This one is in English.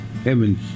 Evans